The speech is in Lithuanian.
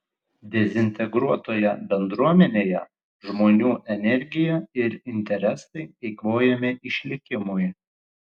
dezintegruotoje bendruomenėje žmonių energija ir interesai eikvojami išlikimui